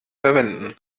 verwenden